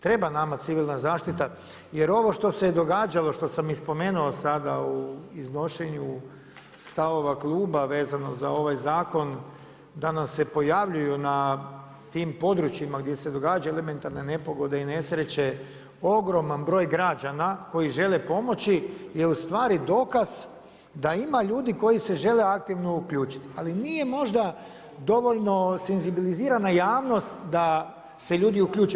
Treba nama civilna zaštita jer ovo što se događalo, što sam i spomenuo sada u iznošenju stavova kluba vezano za ovaj zakon, da nam se pojavljuju na tim područjima gdje se događaju elementarne nepogode i nesreće, ogroman broj građana koji žele pomoći je ustvari dokaz da ima ljudi koji se žele aktivno uključiti, ali nije možda dovoljno senzibilizirana javnost da se ljudi uključe.